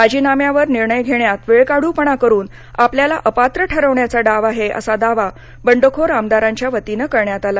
राजीनाम्यावर निर्णय घेण्यात वेळकाढूपणा करून आपल्याला अपात्र ठरवण्याचा डाव आहे असा दावा बंडखोर आमदारांच्या वतीनं करण्यात आला